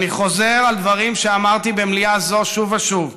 ואני חוזר על דברים שאמרתי במליאה זו שוב ושוב.